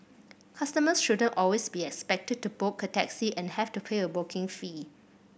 customers shouldn't always be expected to book a taxi and have to pay a booking fee